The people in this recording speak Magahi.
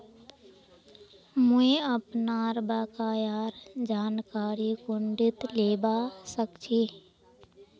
मुई अपनार बकायार जानकारी कुंठित लिबा सखछी